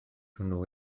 hwnnw